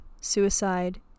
suicide